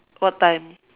what time